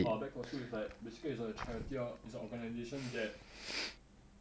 orh bag for school is like basically it's like a charity it's a organization like that